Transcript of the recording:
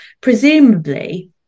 presumably